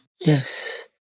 Yes